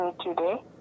today